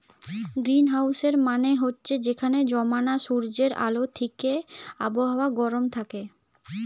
গ্রীনহাউসের মানে হচ্ছে যেখানে জমানা সূর্যের আলো থিকে আবহাওয়া গরম থাকে